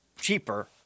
cheaper –